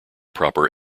proper